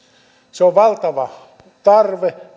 se on valtava tarve